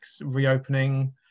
reopening